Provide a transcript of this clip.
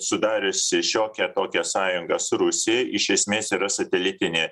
sudariusi šiokią tokią sąjungą su rusija iš esmės yra satelitinė